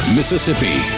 Mississippi